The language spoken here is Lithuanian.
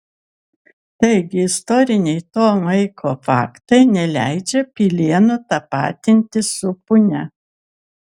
taigi istoriniai to laiko faktai neleidžia pilėnų tapatinti su punia